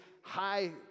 high